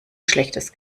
schlechtes